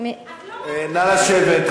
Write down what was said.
נא לשבת,